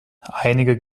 einige